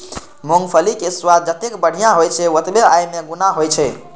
मूंगफलीक स्वाद जतेक बढ़िया होइ छै, ओतबे अय मे गुणो होइ छै